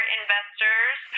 investors